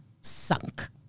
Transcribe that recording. sunk